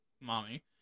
mommy